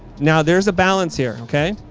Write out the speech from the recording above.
now there is a balance here. ok.